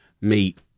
meat